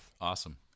awesome